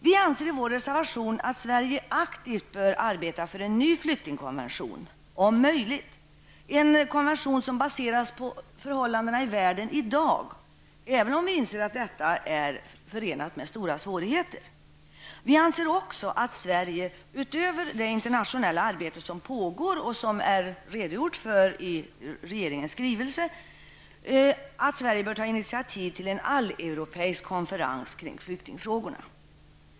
Vi anser i vår reservation att Sverige aktivt bör arbeta för en ny flyktingkonvention, som baseras på förhållandena i världen i dag, även om vi inser att detta är förenat med stora svårigheter. Vi anser också att Sverige -- utöver det internationella arbete som pågår och som är redogjort för i regeringens skrivelse -- bör ta initiativ till en alleuropeisk konferens kring flyktingfrågorna.